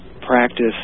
practice